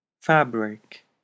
Fabric